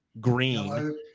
green